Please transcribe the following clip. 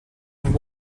and